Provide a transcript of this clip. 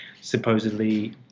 supposedly